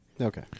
Okay